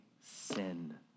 sin